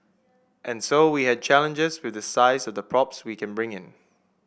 and so we had challenges with the size of the props we can bring in